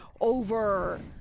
over